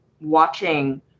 watching